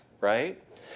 right